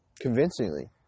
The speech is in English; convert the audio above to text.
convincingly